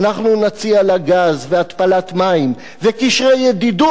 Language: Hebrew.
אנחנו נציע לה גז והתפלת מים, וקשרי ידידות.